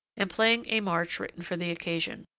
and playing a march written for the occasion,